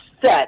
set